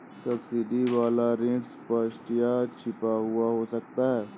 subsidy वाला ऋण स्पष्ट या छिपा हुआ हो सकता है